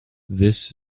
this